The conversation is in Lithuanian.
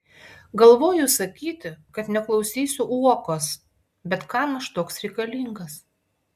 galvoju sakyti kad neklausysiu uokos bet kam aš toks reikalingas